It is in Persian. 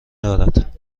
دارد